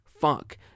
fuck